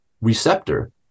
receptor